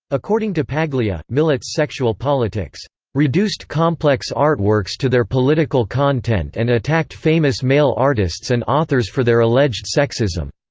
according to paglia, millett's sexual politics reduced complex artworks to their political content and attacked famous male artists and authors for their alleged sexism,